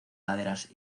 laderas